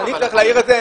אני צריך להעיר את זה?